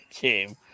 game